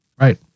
Right